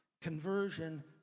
Conversion